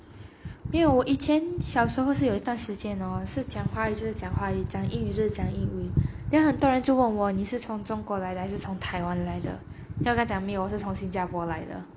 没有我以前小时候是有一段时间 hor 是讲华语就是讲华语讲英语就是讲英语 then 很多人就问我你是从中国还是台湾来的 then 我跟他讲没有我是从新加坡来的